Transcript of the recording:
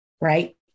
right